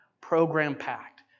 Program-packed